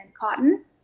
cotton